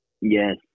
yes